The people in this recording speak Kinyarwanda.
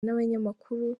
n’abanyamakuru